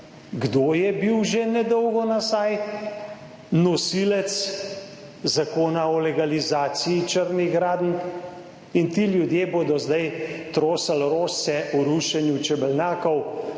Kdo je bil že nedolgo nazaj nosilec zakona o legalizaciji črnih gradenj? In ti ljudje bodo zdaj trosili rožice o rušenju čebelnjakov.